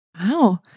Wow